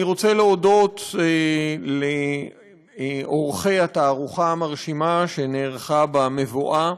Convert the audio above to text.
אני רוצה להודות לעורכי התערוכה המרשימה שנערכה במבואה,